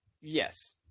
Yes